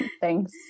Thanks